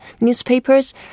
newspapers